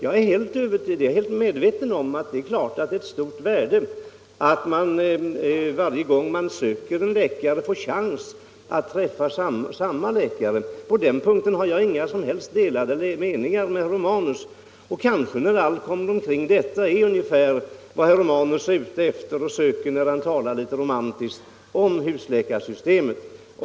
Jag är helt medveten om att det är ett stort värde att man, varje gång man söker en läkare, får träffa samma läkare. På den punkten har herr Romanus och jag inga som helst delade meningar. När allt kommer omkring är kanske detta ungefär vad herr Romanus är ute efter när han talar litet romantiskt om husläkarsystemet.